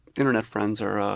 internet friends are ah